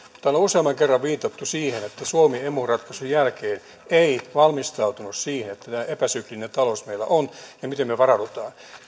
täällä on useamman kerran viitattu siihen että suomi emu ratkaisun jälkeen ei valmistautunut siihen että tämä epäsyklinen talous meillä on ja siihen miten me varaudumme